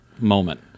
moment